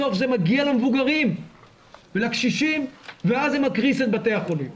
בסוף זה מגיע למבוגרים ולקשישים ואז זה מקריס את בתי החולים.